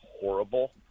horrible